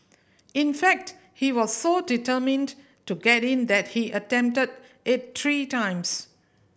in fact he was so determined to get in that he attempted it three times